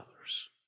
others